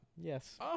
Yes